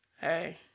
Hey